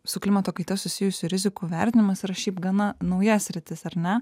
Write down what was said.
su klimato kaita susijusių rizikų vertinimas yra šiaip gana nauja sritis ar ne